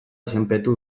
izenpetu